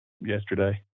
yesterday